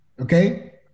okay